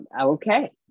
Okay